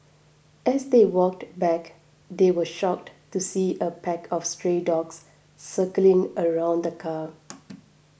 as they walked back they were shocked to see a pack of stray dogs circling around the car